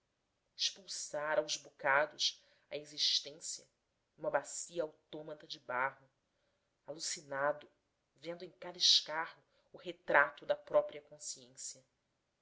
expulsar aos bocados a existência numa bacia autômata de barro alucinado vendo em cada escarro o retrato da própria consciência